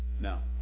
Now